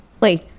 Wait